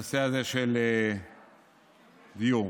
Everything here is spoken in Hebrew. אני רוצה עכשיו לגעת בנושא של הדיור.